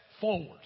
forward